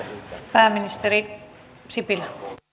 pääministeri